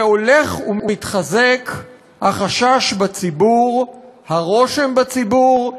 הולך ומתחזק החשש בציבור, הרושם בציבור,